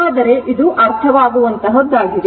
ಆದರೆ ಇದು ಅರ್ಥವಾಗುವಂತಹದ್ದಾಗಿದೆ